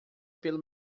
pelo